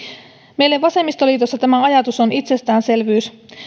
meille vasemmistoliitossa tämä ajatus on itsestäänselvyys